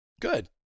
Good